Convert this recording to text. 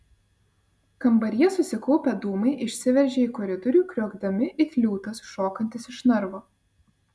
kambaryje susikaupę dūmai išsiveržė į koridorių kriokdami it liūtas šokantis iš narvo